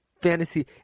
fantasy